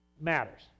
matters